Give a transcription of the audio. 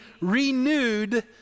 renewed